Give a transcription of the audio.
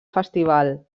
festival